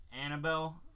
annabelle